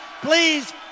please